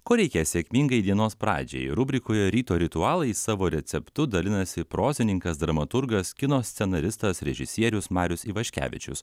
ko reikia sėkmingai dienos pradžiai rubrikoje ryto ritualai savo receptu dalinasi prozininkas dramaturgas kino scenaristas režisierius marius ivaškevičius